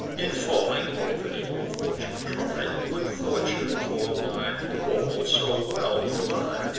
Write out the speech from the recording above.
in falling, both an equal fortune tried would fortune for my fall so well provide!